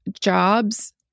jobs